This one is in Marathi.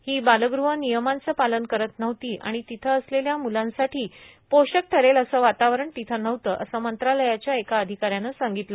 ही बालगृह नियमांचं पालन करत नव्हती आणि तिथे असलेल्या मुलांसाठी पोषक ठरेल असं वातावरण तिथे नव्हतं असं मंत्रालयाच्या एका अधिका याने सांगितलं